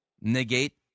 negate